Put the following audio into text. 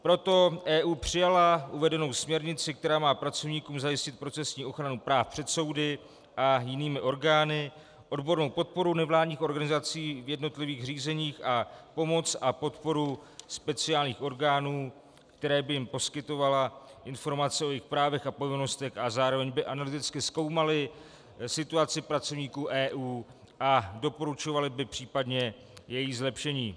Proto EU přijala uvedenou směrnici, která má pracovníkům zajistit procesní ochranu práv před soudy a jinými orgány, odbornou podporu nevládních organizací v jednotlivých řízeních a pomoc a podporu speciálních orgánů, které by jim poskytovaly informace o jejich právech a povinnostech a zároveň by analyticky zkoumaly situaci pracovníků EU a doporučovaly by případně její zlepšení.